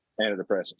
antidepressants